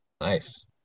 Nice